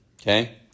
okay